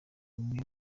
umwe